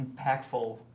impactful